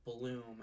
bloom